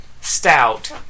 Stout